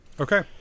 okay